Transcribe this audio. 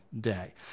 day